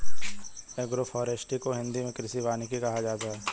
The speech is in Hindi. एग्रोफोरेस्ट्री को हिंदी मे कृषि वानिकी कहा जाता है